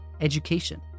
education